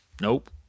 Nope